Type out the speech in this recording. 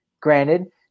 Granted